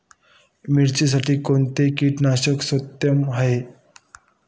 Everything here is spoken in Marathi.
मिरचीसाठी कोणते कीटकनाशके सर्वोत्तम आहे?